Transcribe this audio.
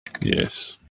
yes